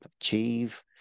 achieve